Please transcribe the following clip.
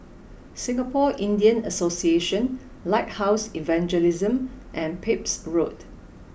Singapore Indian Association Lighthouse Evangelism and Pepys Road